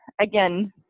again